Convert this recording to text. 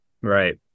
Right